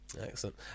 Excellent